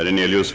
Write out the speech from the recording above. Herr talman!